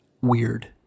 weird